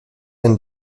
and